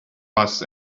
bus